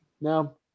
no